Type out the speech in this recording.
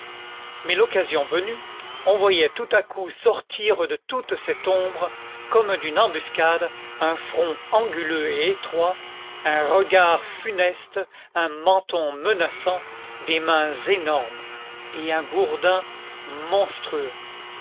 mais l'occasion venue on voyait tout à coup sortir de toute cette ombre comme d'une embuscade un front anguleux et étroit un regard funeste un menton menaçant des mains énormes et un gourdin